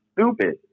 stupid